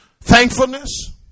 thankfulness